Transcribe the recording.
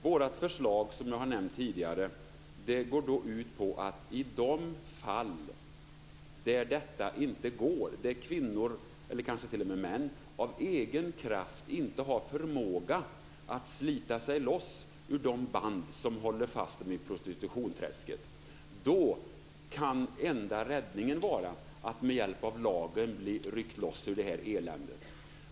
Vårt förslag, som jag har nämnt tidigare, kom till därför att enda räddningen i de fall där detta inte går - där kvinnor eller kanske t.o.m. män av egen kraft inte har förmåga att slita sig loss ur de band som håller fast dem i prostitutionsträsket - kan vara att med hjälp av lagen bli ryckt loss ur eländet.